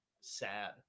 sad